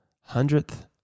hundredth